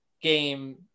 game